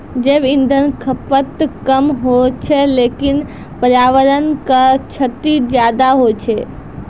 जैव इंधन खपत कम होय छै लेकिन पर्यावरण क क्षति ज्यादा होय छै